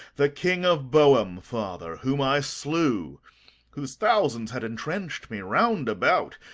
the king of boheme, father, whom i slew whose thousands had entrenched me round about,